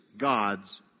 god's